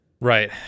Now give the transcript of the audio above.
Right